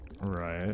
Right